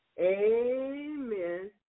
Amen